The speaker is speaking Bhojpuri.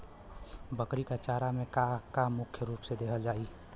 बकरी क चारा में का का मुख्य रूप से देहल जाई?